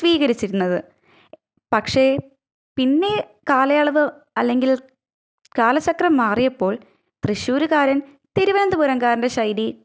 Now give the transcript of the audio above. സ്വീകരിച്ചിരുന്നത് പക്ഷേ പിന്നെ കാലയളവ് അല്ലെങ്കിൽ കാലചക്രം മാറിയപ്പോൾ തൃശ്ശൂരുകാരൻ തിരുവനന്തപുരംകാരൻ്റെ ശൈലി